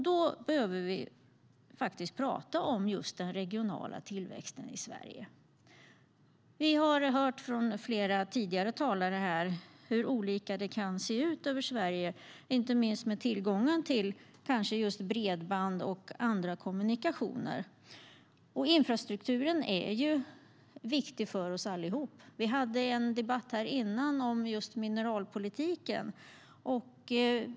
Då behöver vi faktiskt prata om den regionala tillväxten i Sverige. Vi har hört från flera tidigare talare här hur olika det kan se ut runt om i Sverige, inte minst med tillgången till bredband och andra kommunikationer. Infrastrukturen är ju viktig för oss allihop. Vi hade en debatt här tidigare om mineralpolitiken.